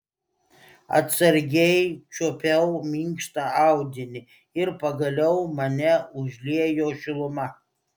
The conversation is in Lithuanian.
atsargiai čiuopiau minkštą audinį ir pagaliau mane užliejo šiluma